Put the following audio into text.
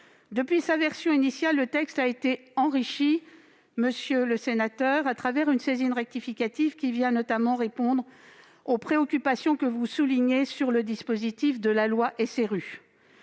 Depuis sa version initiale, le texte a été enrichi, monsieur le sénateur, par une saisine rectificative qui vient notamment répondre aux préoccupations que vous soulignez sur le dispositif de la loi SRU.